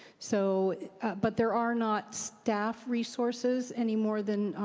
so but there are not staff resources any more than